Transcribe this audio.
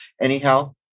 Anyhow